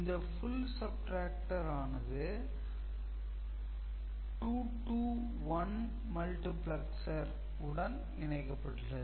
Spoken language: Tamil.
இந்த "Full subtractor" ஆனது "2 to 1 multiplexer" உடன் இணைக்கப்பட்டுள்ளது